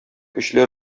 көчле